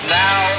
now